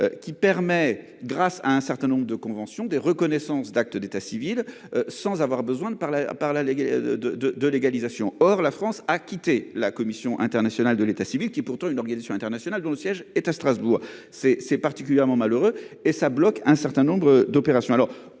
Qui permet grâce à un certain nombre de conventions des reconnaissances d'actes d'état civil sans avoir besoin de par la par la les de de de de légalisation. Or la France a quitté la commission internationale de l'état civil qui est pourtant une organisation internationale dont le siège est à Strasbourg c'est c'est particulièrement malheureux et ça bloque un certain nombre d'opérations.